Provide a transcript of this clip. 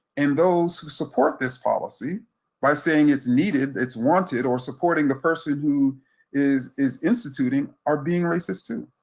and those who support this policy by saying it's needed, it's wanted, or supporting the person who is is instituting are being racist too.